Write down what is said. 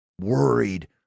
worried